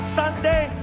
sunday